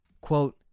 Quote